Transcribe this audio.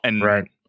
Right